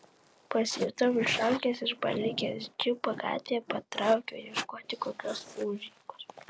pasijutau išalkęs ir palikęs džipą gatvėje patraukiau ieškoti kokios užeigos